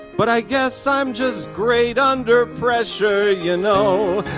but i guess i'm just great under pressure, you know?